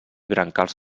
brancals